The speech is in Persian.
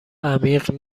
عمیق